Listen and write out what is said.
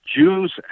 Jews